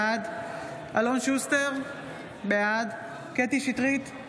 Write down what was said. בעד אלון שוסטר, בעד קטי קטרין שטרית,